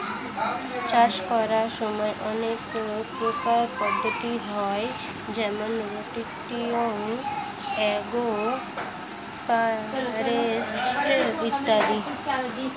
চাষ করার সময় অনেক প্রকারের পদ্ধতি হয় যেমন রোটেটিং, এগ্রো ফরেস্ট্রি ইত্যাদি